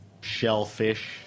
shellfish